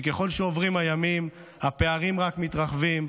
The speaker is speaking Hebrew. כי ככל שעוברים הימים הפערים רק מתרחבים,